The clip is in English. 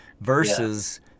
versus